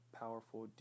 powerful